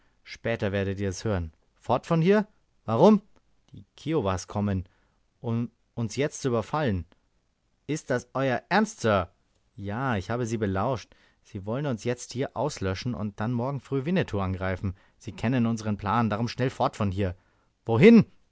später werdet ihr es hören fort von hier warum die kiowas kommen uns jetzt zu überfallen ist das euer ernst sir ja ich habe sie belauscht sie wollen uns jetzt hier auslöschen und dann morgen früh winnetou angreifen sie kennen unsern plan darum schnell fort von hier wohin